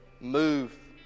move